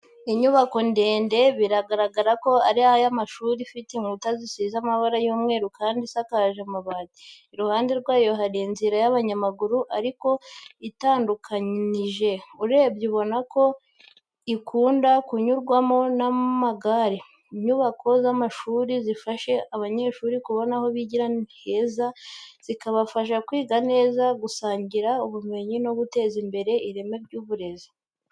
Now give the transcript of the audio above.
Inyubako ndebe bibaragara ko ari iy'amashuri, ifite inkuta zisize ibara ry'umweru kandi isakaje amabati. Iruhande rwayo hari inzira y'abanyamaguru ariko idatunganije, urebye ubona ko ikunda kunyurwamo n'amagare. Inyubako z’amashuri zifasha abanyeshuri kubona aho bigira heza, zikabafasha kwiga neza, gusangira ubumenyi no guteza imbere ireme ry’uburezi.